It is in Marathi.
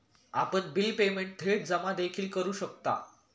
आपण बिल पेमेंट थेट जमा देखील करू शकता